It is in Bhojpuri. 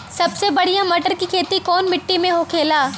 सबसे बढ़ियां मटर की खेती कवन मिट्टी में होखेला?